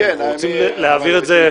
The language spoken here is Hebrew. כי אנחנו רוצים להעביר את זה --- כן,